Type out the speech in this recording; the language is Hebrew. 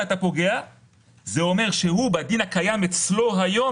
אבל עצם זה שאתה טוען שהסעיף הוא